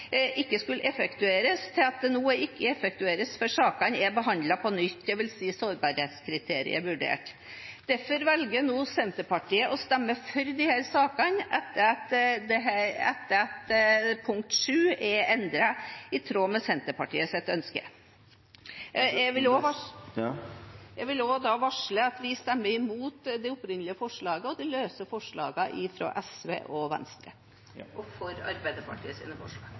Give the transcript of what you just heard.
nytt, dvs. sårbarhetskriteriet vurdert. Derfor velger nå Senterpartiet å stemme for dette, etter at forslag nr. 7 er endret i tråd med Senterpartiets ønske. Jeg vil også varsle at vi stemmer imot det opprinnelige forslaget og de løse forslagene fra SV og Venstre, og for Arbeiderpartiet sine forslag.